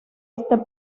este